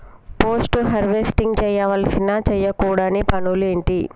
Post harvesting చేయవలసిన చేయకూడని పనులు ఏంటి?